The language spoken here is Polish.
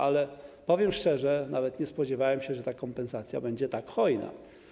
Ale powiem szczerze, że nie spodziewałem się, że ta kompensacja będzie tak hojna.